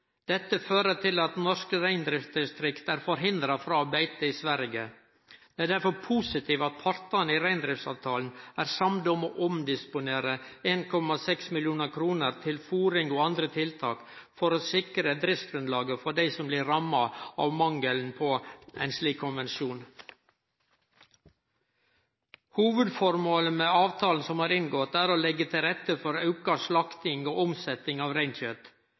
Dette fører til at norske reindriftsdistrikt er hindra frå å beite i Sverige. Det er derfor positivt at partane i reindriftsavtalen er samde om å omdisponere 1,6 mill. kr til fôring og andre tiltak for å sikre driftsgrunnlaget for dei som blir ramma av mangelen på ein slik konvensjon. Hovudformålet med avtalen som er inngått, er å leggje til rette for auka slakting og omsetnad av